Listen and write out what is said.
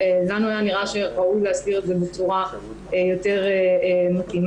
לנו היה נראה שראוי להסדיר את זה בצורה יותר מתאימה.